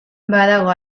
badago